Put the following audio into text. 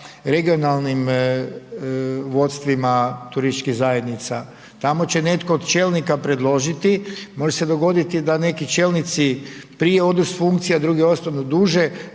regionalnim vodstvima turističkih zajednica, tamo će netko od čelnika predložiti, može se dogoditi da neki čelnici prije odu s funkcije, a drugi ostanu duže,